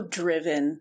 driven